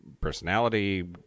personality